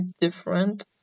different